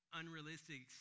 unrealistic